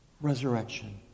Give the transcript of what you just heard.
resurrection